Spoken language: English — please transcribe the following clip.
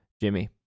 Jimmy